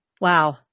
Wow